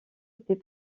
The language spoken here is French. était